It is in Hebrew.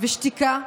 ושתיקה,